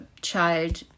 child